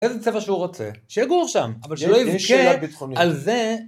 איזה צבע שהוא רוצה, שיגור שם, אבל שלא יבכה... יש שאלת ביטחונית... על זה.